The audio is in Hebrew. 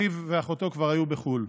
אחיו ואחותו כבר היו בחו"ל.